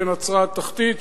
בנצרת תחתית,